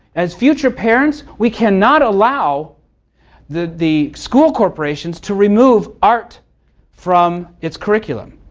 as future parents, we cannot allow the the school corporations to remove art from its curriculum,